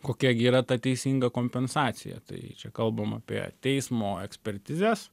kokia gi yra ta teisinga kompensacija tai čia kalbam apie teismo ekspertizes